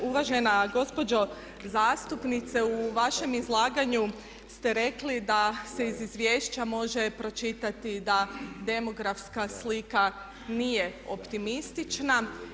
Uvažena gospođo zastupnice u vašem izlaganju ste rekli da se iz izvješća može pročitati da demografska slika nije optimistična.